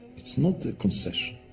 it's not a concession,